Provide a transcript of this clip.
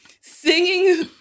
singing